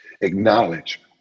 Acknowledge